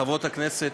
וחברת הכנסת,